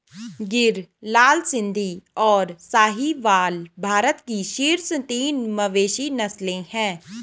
गिर, लाल सिंधी, और साहीवाल भारत की शीर्ष तीन मवेशी नस्लें हैं